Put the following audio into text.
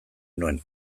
nuen